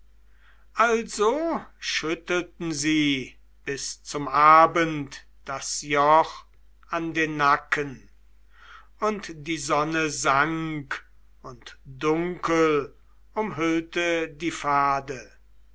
also schüttelten sie bis zum abend das joch an den nacken und die sonne sank und dunkel umhüllte die pfade